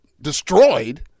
destroyed